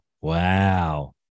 wow